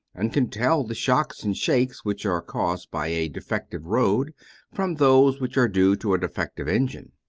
and can tell the shocks and shakes which are caused by a defective road from those which are due to a defective engine.